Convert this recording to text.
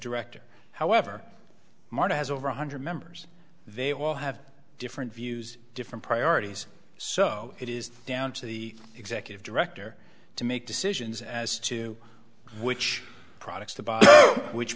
director however marta has over one hundred members they all have different views different priorities so it is down to the executive director to make decisions as to which products to buy which